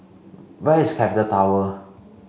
where is Capital Tower